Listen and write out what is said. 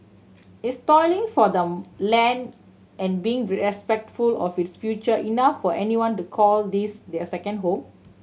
is toiling for the land and being respectful of its future enough for anyone to call this their second home